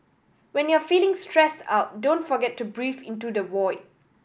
when you are feeling stressed out don't forget to breathe into the void